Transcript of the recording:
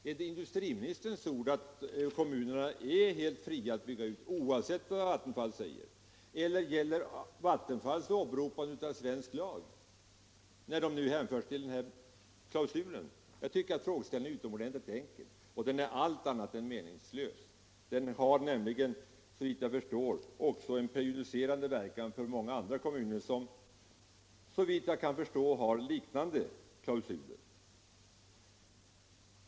Är det industriministerns ord att kommunerna är helt fria att bygga ut, oavsett vad Vattenfall säger, eller gäller Vattenfalls åberopande av svensk lag? Jag tycker att frågeställningen är utomordentligt enkel, och den är allt annat än meningslös. Den har såvitt jag förstår också prejudicerande verkan för många andra kommuner som har liknande klausuler.